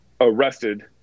arrested